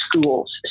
schools